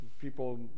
people